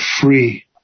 free